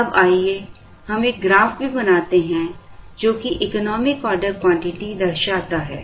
अब आइए हम एक ग्राफ भी बनाते हैं जो कि इकोनॉमिक ऑर्डर क्वांटिटी दर्शाता है